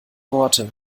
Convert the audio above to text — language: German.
worte